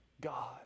God